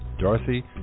Dorothy